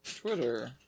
Twitter